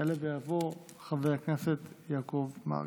יעלה ויבוא חבר הכנסת יעקב מרגי.